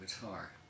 guitar